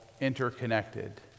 interconnected